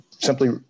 simply